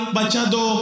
Bachado